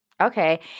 okay